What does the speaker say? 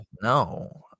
No